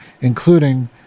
including